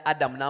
Adam